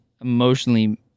emotionally